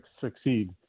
succeed